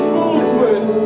movement